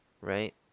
right